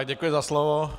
Děkuji za slovo.